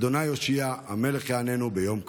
ה' הושיעה המלך יעננו ביום קראנו".